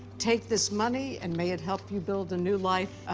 take this money, and may it help you build a new life. ah,